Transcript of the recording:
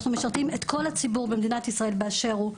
אנחנו משרתים את כל הציבור במדינת ישראל באשר הוא,